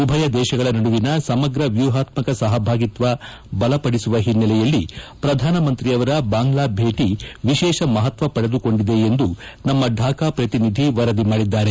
ಉಭಯ ದೇಶಗಳ ನಡುವಿನ ಸಮಗ್ರ ವ್ಯೂಹಾತ್ಮಕ ಸಹಭಾಗಿತ್ವ ಬಲಪಡಿಸುವ ಹಿನ್ನೆಲೆಯಲ್ಲಿ ಪ್ರಧಾನಮಂತ್ರಿ ಅವರ ಬಾಂಗ್ಲಾ ಭೇಟಿ ವಿಶೇಷ ಮಹತ್ವ ಪಡೆದುಕೊಂಡಿದೆ ಎಂದು ನಮ್ಮ ಢಾಕಾ ಪ್ರತಿನಿಧಿ ವರದಿ ಮಾಡಿದ್ದಾರೆ